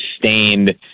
sustained